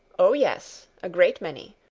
oh! yes! a great many.